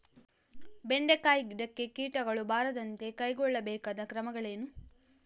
ಬೆಂಡೆಕಾಯಿ ಗಿಡಕ್ಕೆ ಕೀಟಗಳು ಬಾರದಂತೆ ಕೈಗೊಳ್ಳಬೇಕಾದ ಕ್ರಮಗಳೇನು?